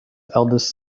eldest